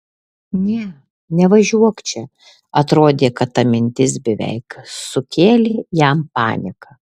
ne nevažiuok čia atrodė kad ta mintis beveik sukėlė jam paniką